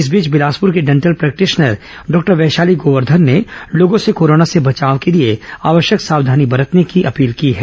इस बीच बिलासपुर की dental practitioner doctor Vaishali Govardhan ने लोगों से कोरोना से बचाव के लिए आवश्यक सावधानी बरतने की अपील की है